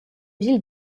ville